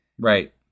Right